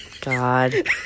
God